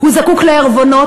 הוא זקוק לערבונות,